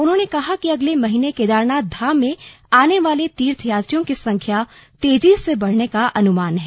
उन्होंने कहा कि अग्ले महीने केदारनाथ धाम में आने वाले तीर्थयात्रियों की संख्या तेजी से बढ़ने का अनुमान है